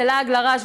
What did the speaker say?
זה לעג לרש,